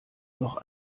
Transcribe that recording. noch